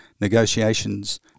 negotiations